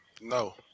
No